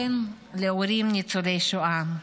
בן להורים ניצולי שואה.